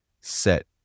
set